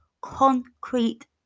concrete